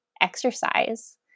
exercise